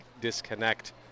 disconnect